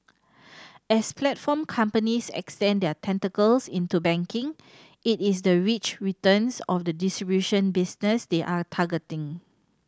as platform companies extend their tentacles into banking it is the rich returns of the distribution business they are targeting